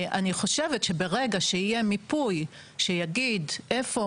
אני חושבת שברגע שיהיה מיפוי שיגיד איפה